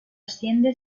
asciende